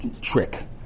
trick